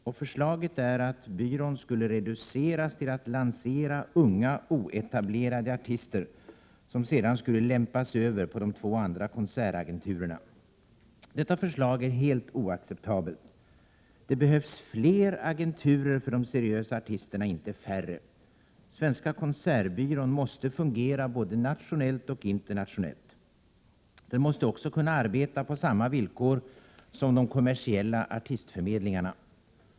Det förslag som finns innebär att byråns uppgifter reduceras till att gälla lansering av unga, oetablerade artister som sedan lämpas över på de två andra konsertagenturerna. Detta förslag är helt oacceptabelt. Det behövs fler agenturer för de seriösa artisterna, inte färre. Svenska Konsertbyrån måste fungera både nationellt och internationellt. Den måste också kunna arbeta på samma villkor som de kommersiella artistförmedlingarna.